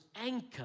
anchor